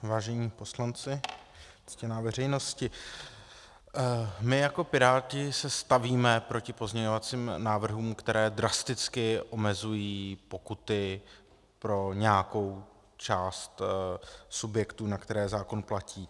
Vážení poslanci, ctěná veřejnosti, my jako Piráti se stavíme proti pozměňovacím návrhům, které drasticky omezují pokuty pro nějakou část subjektů, na které zákon platí.